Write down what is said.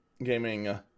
Gaming